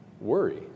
Worry